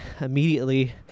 immediately